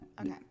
Okay